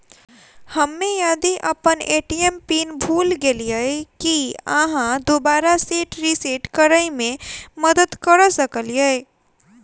हम्मे यदि अप्पन ए.टी.एम पिन भूल गेलियै, की अहाँ दोबारा सेट रिसेट करैमे मदद करऽ सकलिये?